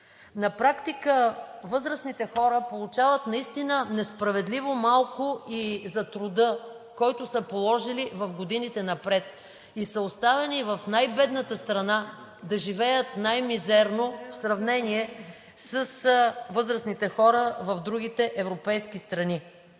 На практика възрастните хора получават наистина несправедливо малко за труда, който са положили в годините напред, и са оставени в най-бедната страна да живеят най-мизерно, в сравнение с възрастните хора в другите европейски страни.